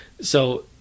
So-